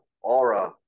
aura